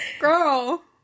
Girl